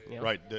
Right